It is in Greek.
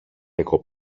εγώ